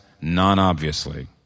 non-obviously